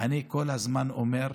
אני כל הזמן אומר,